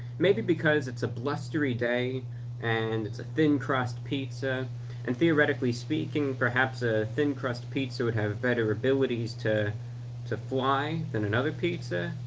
maybe because it's a blustery day and it's a thin crust pizza and theoretically speaking perhaps a thin crust pizza would have better abilities to to fly than another pizza?